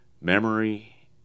memory